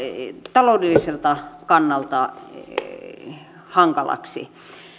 taloudelliselta kannalta hankalaksi